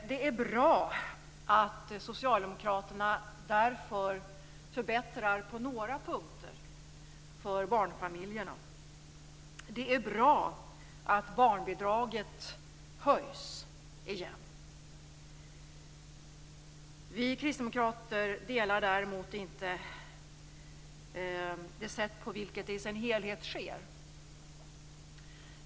Därför är det bra att socialdemokraterna på några punkter förbättrar för barnfamiljerna. Det är bra att barnbidraget höjs igen. Vi kristdemokrater tycker däremot inte att det sätt på vilket det i sin helhet sker är bra.